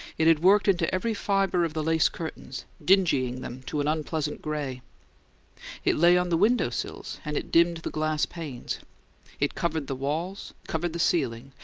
it had worked into every fibre of the lace curtains, dingying them to an unpleasant gray it lay on the window-sills and it dimmed the glass panes it covered the walls, covered the ceiling,